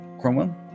Cromwell